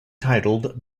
titled